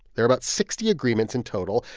there are about sixty agreements in total.